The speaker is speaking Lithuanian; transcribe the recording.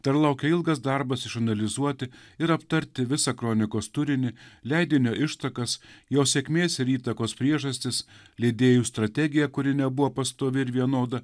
dar laukia ilgas darbas išanalizuoti ir aptarti visą kronikos turinį leidinio ištakas jos sėkmės ir įtakos priežastis leidėjų strategiją kuri nebuvo pastovi ir vienoda